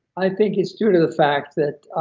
i think it's due to the fact that